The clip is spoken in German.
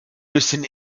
müssen